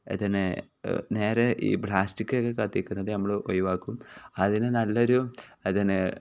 അതിനെ നേരെ ഈ പ്ലാസ്റ്റിക്ക് ഒക്കെ കത്തിക്കുന്നത് നമ്മൾ ഒഴിവാക്കും അതിന് നല്ലൊരു അതിന്